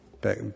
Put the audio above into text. back